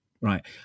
right